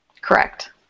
Correct